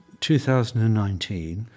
2019